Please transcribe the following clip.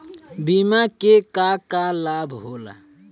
बिमा के का का लाभ होला?